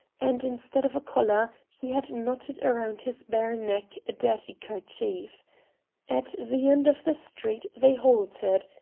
and, instead of a collar, he had knotted around his bare neck a dirty kerchief. at the end of the street they halted,